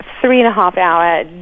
three-and-a-half-hour